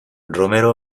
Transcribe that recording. romero